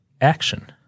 action